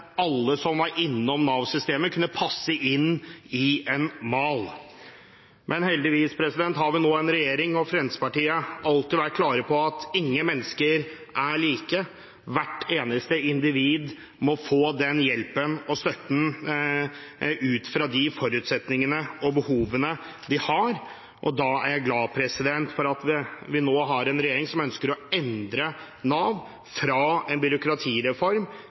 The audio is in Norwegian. alle som var innom Nav-systemet, kunne passe inn i en mal. Fremskrittspartiet har alltid vært klar på at ingen mennesker er like, hvert eneste individ må få hjelp og støtte ut fra de forutsetningene og behovene de har. Jeg er glad for at vi nå har en regjering som ønsker å endre Nav, fra en byråkratireform